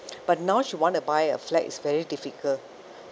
but now she want to buy a flat it's very difficult